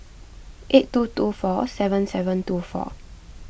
eight two two four seven seven two four